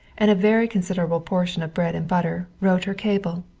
and a very considerable portion of bread and butter, wrote her cable.